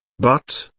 but,